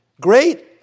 Great